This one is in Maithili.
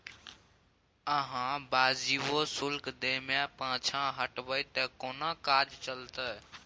अहाँ वाजिबो शुल्क दै मे पाँछा हटब त कोना काज चलतै